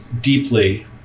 deeply